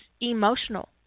emotional